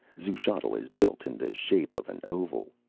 xuchotl is built in the shape of an oval.